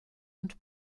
und